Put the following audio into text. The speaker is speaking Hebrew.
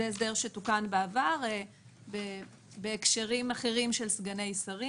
זה הסדר שתוקן בעבר בהקשרים אחרים של סגני שרים